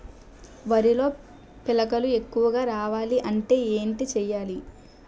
వరిలో పిలకలు ఎక్కువుగా రావాలి అంటే ఏంటి చేయాలి?